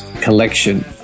collection